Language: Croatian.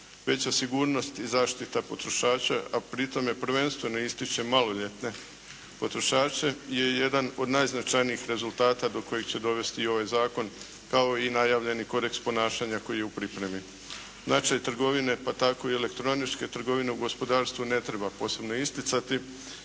Veća sigurnost i zaštita potrošača a pri tome prvenstveno ističem maloljetne potrošače je jedan od najznačajnijih rezultata do kojih će dovesti i ovaj zakon kao i najavljeni kodeks ponašanja koji je u pripremi. Značaj trgovine pa tako i elektroničke trgovine u gospodarstvu ne treba posebno isticati